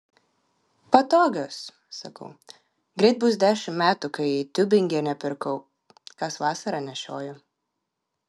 patogios sakau greit bus dešimt metų kai tiubingene pirkau kas vasarą nešioju